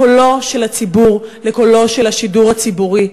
לקולו של הציבור, לקולו של השידור הציבורי.